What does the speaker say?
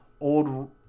old